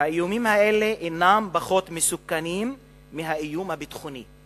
והאיומים האלה אינם פחות מסוכנים מהאיום הביטחוני.